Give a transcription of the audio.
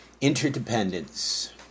interdependence